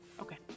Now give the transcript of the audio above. Okay